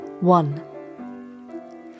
one